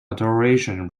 adoration